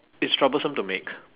it's troublesome to make